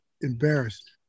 embarrassed